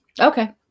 Okay